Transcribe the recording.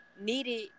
needed